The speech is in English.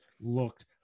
looked